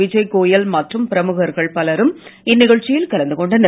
விஜய் கோயல் மற்றும் பிரமுகர்கள் பலரும் இந்நிகழ்ச்சியில் கலந்து கொண்டனர்